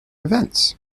events